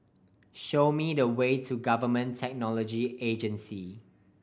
show me the way to Government Technology Agency